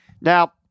Now